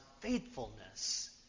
faithfulness